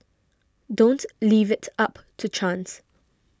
don't leave it up to chance